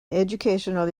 educational